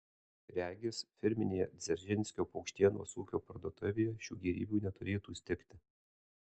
regis firminėje dzeržinskio paukštienos ūkio parduotuvėje šių gėrybių neturėtų stigti